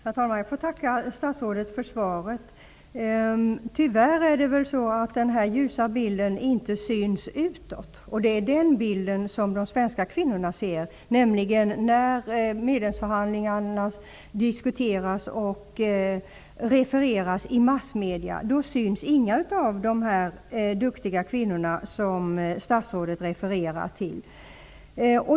Herr talman! Jag får tacka statsrådet för svaret. Tyvärr syns inte denna ljusa bild utåt. När medlemskapsförhandlingarna diskuteras och refereras i massmedierna syns ingen av de duktiga kvinnor som statsrådet refererar till.